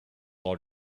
are